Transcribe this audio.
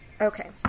Okay